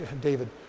David